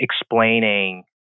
explaining